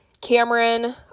Cameron